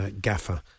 gaffer